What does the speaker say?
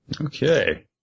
Okay